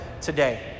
today